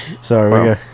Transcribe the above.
sorry